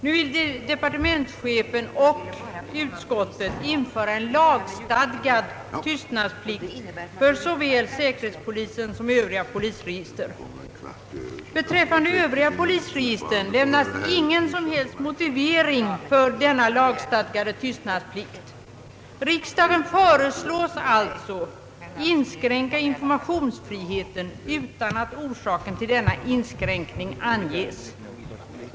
Nu vill departementschefen och utskottet införa en lagstadgad tystnadsplikt för såväl säkerhetspolisens som övriga polisregister. Beträffande övriga polisregister lämnas ingen som helst motivering för denna lagstadgade tysnadsplikt. Riksdagen föreslås alltså inskränka informationsfriheten utan att orsaken till denna inskränkning anges.